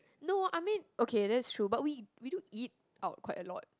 no I mean okay that's true but we we do eat out quite a lot